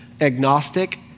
agnostic